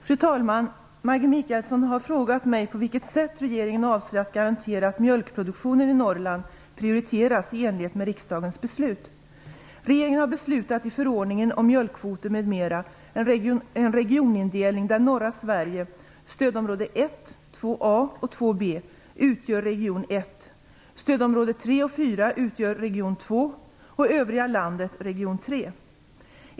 Fru talman! Maggi Mikaelsson har frågat mig på vilket sätt regeringen avser att garantera att mjölkproduktionen i Norrland prioriteras i enlighet med riksdagens beslut. Regeringen har i förordningen om mjölkkvoter m.m. beslutat om en regionindelning där norra Sverige, stödområdena 1, 2 a och 2 b, utgör region 1, stödområdena 3 och 4 utgör region 2 och övriga landet region 3.